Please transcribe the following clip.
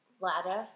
ladder